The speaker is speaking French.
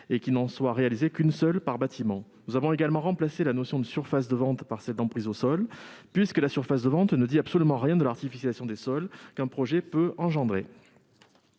extension soit permise par bâtiment. Nous avons également remplacé la notion de surface de vente par celle d'emprise au sol, puisque la surface de vente ne dit absolument rien de l'artificialisation des sols qu'un projet peut engendrer.